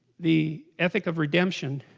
the ethic of redemption